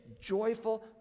joyful